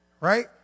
Right